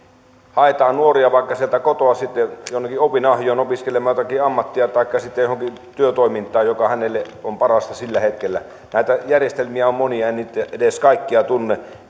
haetaan nuoria vaikka sieltä kotoa sitten jonnekin opinahjoon opiskelemaan jotakin ammattia taikka sitten johonkin työtoimintaan mikä hänelle on parasta sillä hetkellä näitä järjestelmiä on monia en niitä edes kaikkia tunne